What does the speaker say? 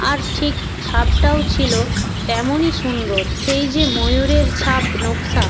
আর ঠিক ছাপটাও ছিল তেমনই সুন্দর সেই যে ময়ূরের ছাপ নকশা